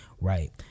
right